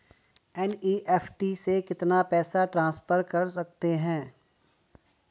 NEFT से कितना पैसा ट्रांसफर कर सकते हैं?